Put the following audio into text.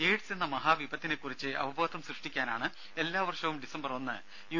AIDS എന്ന മഹാവിപത്തിനെക്കുറിച്ച് അവബോധം സൃഷ്ടിക്കാനാണ് എല്ലാ വർഷവും ഡിസംബർ ഒന്ന് യു